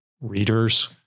readers